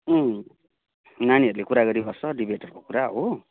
नानीहरूले कुरा गरिबस्छ डिबेटहरूको कुरा हो